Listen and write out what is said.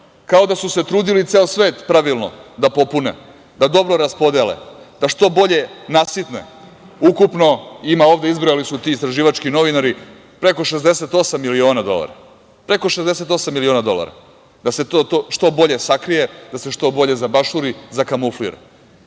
kao da su se trudili ceo svet pravilno da popune, da dobro raspodele, da što bolje nasitne. Ukupno ima ovde, izbrojali su ti istraživački novinari, preko 68 miliona dolara. Preko 68 miliona dolara, da se to što bolje sakrije, da se što bolje zabašuri, zakamuflira.I,